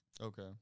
Okay